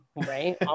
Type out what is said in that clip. right